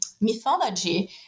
mythology